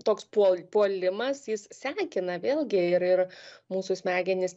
toks puol puolimas jis sekina vėlgi ir ir mūsų smegenys